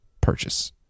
purchase